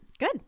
Good